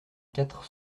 quatre